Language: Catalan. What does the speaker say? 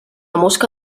mosca